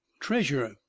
treasure